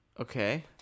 Okay